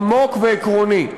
עמוק ועקרוני,